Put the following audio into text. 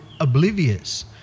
oblivious